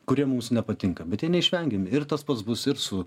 kurie mums nepatinka bet jie neišvengiami ir tas pats bus ir su